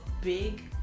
big